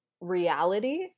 reality